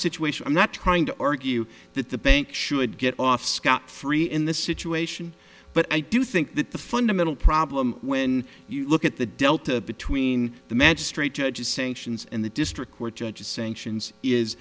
situation i'm not trying to argue that the bank should get off scot free in this situation but i do think that the fundamental problem when you look at the delta between the magistrate judge is saying sions in the district court judges sanctions is